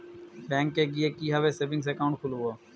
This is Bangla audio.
ব্যাঙ্কে গিয়ে কিভাবে সেভিংস একাউন্ট খুলব?